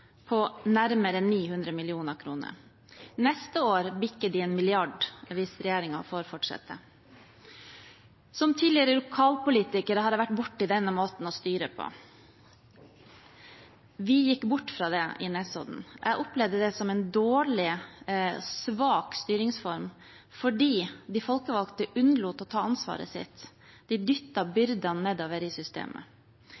på nærmere 900 mill. kr. Neste år bikker det 1 mrd. kr hvis regjeringen får fortsette. Som tidligere lokalpolitiker har jeg vært borti denne måten å styre på. Vi gikk bort fra det i Nesodden. Jeg opplevde det som en dårlig, svak styringsform, fordi de folkevalgte unnlot å ta ansvaret sitt. De